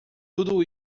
tudo